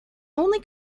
only